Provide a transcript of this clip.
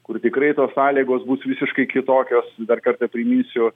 kur tikrai tos sąlygos bus visiškai kitokios dar kartą priminsiu